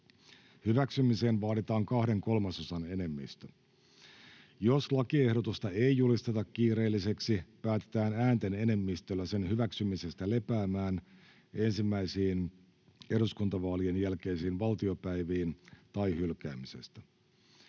Hyväksymiseen vaaditaan kahden kolmasosan enemmistö. Jos lakiehdotusta ei julisteta kiireelliseksi, päätetään äänten enemmistöllä sen hyväksymisestä lepäämään ensimmäisiin eduskuntavaalien jälkeisiin valtiopäiviin tai hylkäämisestä.